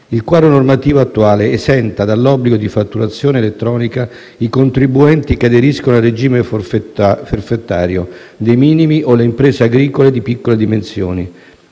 Il quadro normativo attuale esenta dall'obbligo di fatturazione elettronica i contribuenti che aderiscono al regime forfettario dei minimi o le imprese agricole di piccole dimensioni.